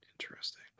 interesting